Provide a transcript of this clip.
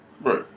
Right